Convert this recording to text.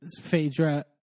Phaedra